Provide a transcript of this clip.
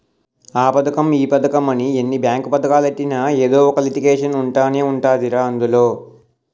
ఆ పదకం ఈ పదకమని ఎన్ని బేంకు పదకాలెట్టినా ఎదో ఒక లిటికేషన్ ఉంటనే ఉంటదిరా అందులో